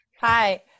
Hi